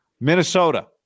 Minnesota